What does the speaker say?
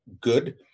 good